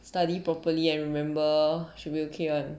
study properly and remember should be okay [one]